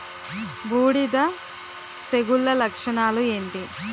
బూడిద తెగుల లక్షణాలు ఏంటి?